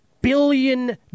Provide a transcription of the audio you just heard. billion